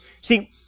See